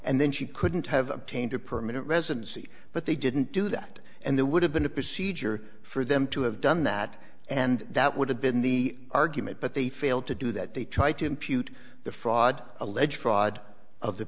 and then she couldn't have obtained a permanent residency but they didn't do that and there would have been a procedure for them to have done that and that would have been the argument but they failed to do that they tried to impute the fraud alleged fraud of the